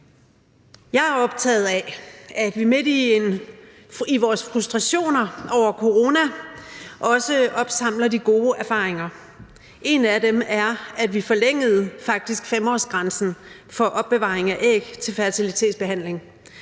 Jeg er optaget af, at vi midt i vores frustrationer over corona også opsamler de gode erfaringer. En af dem er, at vi faktisk forlængede 5-årsgrænsen for opbevaring af æg til fertilitetsbehandling,